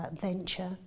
venture